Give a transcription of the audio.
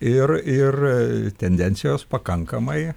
ir ir tendencijos pakankamai